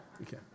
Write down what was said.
Okay